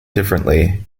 differently